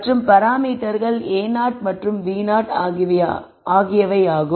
மற்றும் பராமீட்டர்கள் a0 மற்றும் b0 ஆகியவை ஆகும்